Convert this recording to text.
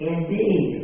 Indeed